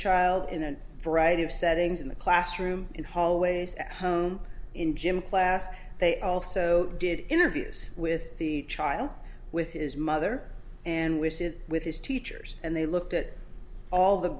child in a variety of settings in the classroom in hallways at home in gym class they also did interviews with the child with his mother and wishes with his teachers and they looked at all the